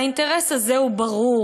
והאינטרס הזה הוא ברור,